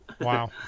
wow